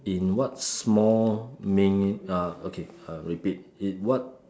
in what small meaning uh okay uh repeat in what